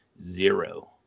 zero